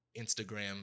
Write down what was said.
Instagram